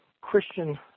Christian